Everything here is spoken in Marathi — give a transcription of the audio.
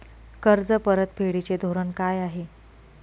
कर्ज परतफेडीचे धोरण काय आहे?